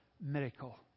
miracle